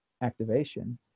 activation